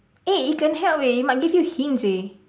eh it can help eh it might give you hints eh